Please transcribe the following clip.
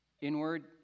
Inward